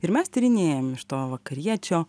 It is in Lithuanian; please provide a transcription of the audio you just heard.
ir mes tyrinėjam iš to vakariečio